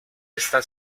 está